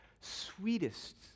sweetest